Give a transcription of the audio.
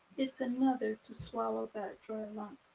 it's another to swallow that dry lump.